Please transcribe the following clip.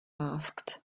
asked